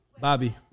Bobby